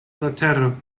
letero